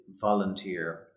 volunteer